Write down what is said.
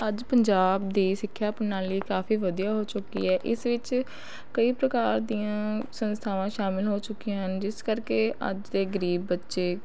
ਅੱਜ ਪੰਜਾਬ ਦੀ ਸਿੱਖਿਆ ਪ੍ਰਣਾਲੀ ਕਾਫ਼ੀ ਵਧੀਆ ਹੋ ਚੁੱਕੀ ਹੈ ਇਸ ਵਿੱਚ ਕਈ ਪ੍ਰਕਾਰ ਦੀਆ ਸੰਸਥਾਵਾਂ ਸ਼ਾਮਿਲ ਹੋ ਚੁੱਕੀਆਂ ਹਨ ਜਿਸ ਕਰਕੇ ਅੱਜ ਦੇ ਗਰੀਬ ਬੱਚੇ